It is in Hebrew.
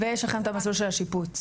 ויש לכם את המסלול של השיפוץ.